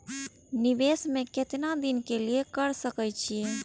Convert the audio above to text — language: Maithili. निवेश में केतना दिन के लिए कर सके छीय?